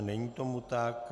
Není tomu tak.